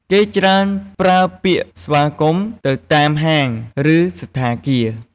គេច្រើនប្រើពាក្យស្វាគមន៍ នៅតាមហាង ឬសណ្ឋាគារ ។